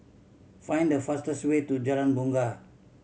find the fastest way to Jalan Bungar